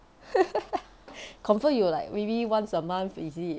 confirm you like maybe once a month is it